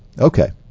Okay